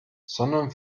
sondern